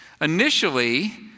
Initially